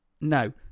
No